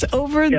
over